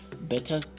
better